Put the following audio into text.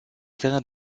terrain